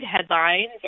headlines